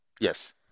yes